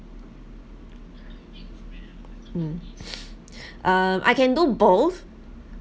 mm uh I can do both